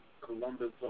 Columbus